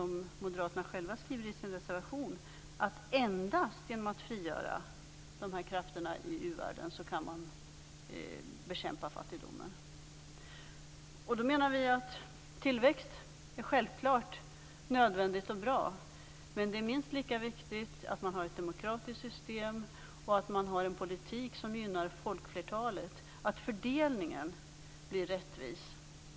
Moderaterna skriver i sin reservation att endast genom att frigöra de här krafterna i u-världen kan man bekämpa fattigdomen. Vi menar att tillväxt självklart är nödvändigt och bra, men det är minst lika viktigt att man har ett demokratiskt system, att man har en politik som gynnar folkflertalet och att fördelningen blir rättvis.